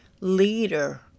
leader